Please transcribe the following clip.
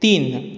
तीन